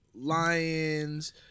lions